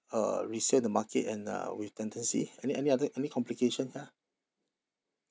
uh resale the market and uh with tenancy any any other any complication here